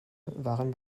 waren